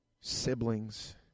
siblings